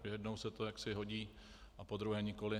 Jednou se to jaksi hodí a podruhé nikoli.